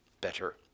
better